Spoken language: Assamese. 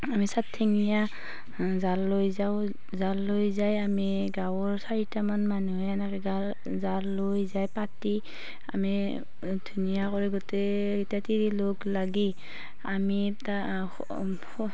আমি চাৰঠেঙীয়া জাল লৈ যাওঁ জাল লৈ যায় আমি গাঁৱৰ চাৰিটামান মানুহে এনেকৈ জাল জাল লৈ যায় পাতি আমি ধুনীয়া কৰি গোটেইকেইটা তিৰি লগ লাগি আমি তাৰ